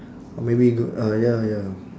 or maybe go uh ya ya